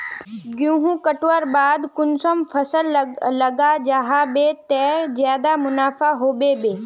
गेंहू कटवार बाद कुंसम फसल लगा जाहा बे ते ज्यादा मुनाफा होबे बे?